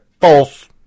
false